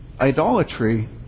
Idolatry